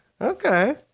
Okay